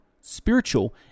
spiritual